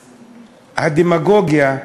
הדמגוגיה,